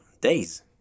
days